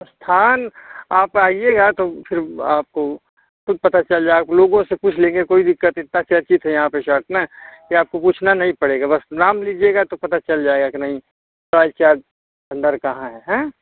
स्थान आप आइएगा तो फिर आपको खुद पता चल जाएगा लोगों से पूछ लेंगे कोई दिक्कत इतना चर्चित है यहाँ पर में कि आपको पूछना नहीं पड़ेगा बस नाम लीजिएगा तो पता चल जाएगा कि नहीं रॉयल चाट भंडार कहाँ है हैं